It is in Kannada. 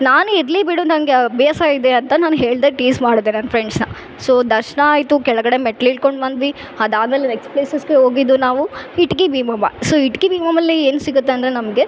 ನಾನು ಇರಲಿ ಬಿಡು ನನಗೆ ಬೇಸರ ಇದೆ ಅಂತ ನಾನು ಹೇಳ್ದೆ ಟೀಸ್ ಮಾಡ್ದೆ ನನ್ನ ಫ್ರೆಂಡ್ಸ್ನ ಸೊ ದರ್ಶನ ಆಯಿತು ಕೆಳಗಡೆ ಮೆಡ್ಲು ಇಳ್ಕೊಂಡು ಬಂದ್ವಿ ಅದಾದ ಮೇಲೆ ನೆಕ್ಸ್ಟ್ ಪ್ಲೇಸೆಸ್ಗೆ ಹೋಗಿದ್ದು ನಾವು ಇಟ್ಕಿಬೀಮಮ್ಮ ಸೊ ಇಟ್ಕಿಬೀಮಮ್ಮ ಅಲ್ಲಿ ಏನು ಸಿಗತ್ತೆ ಅಂದರೆ ನಮಗೆ